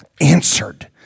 answered